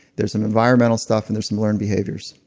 there's some environmental stuff and there's some learned behaviors,